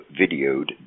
videoed